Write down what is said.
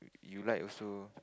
you like also